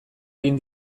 egin